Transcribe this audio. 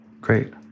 Great